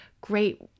great